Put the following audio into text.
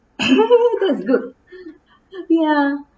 that is good ya